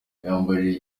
yambajije